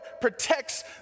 protects